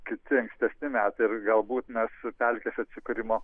kiti ankstesni metai ir galbūt mes pelkės atsikūrimo